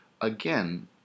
again